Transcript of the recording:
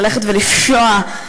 ללכת ולפשוע,